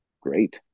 great